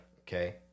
Okay